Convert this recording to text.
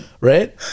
right